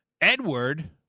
Edward